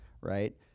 Right